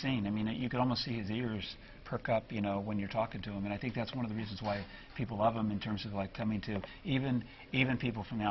seen i mean it you could almost see his ears perk up you know when you're talking to him and i think that's one of the reasons why people love him in terms of like coming to even even people from the